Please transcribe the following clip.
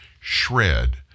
shred